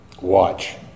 watch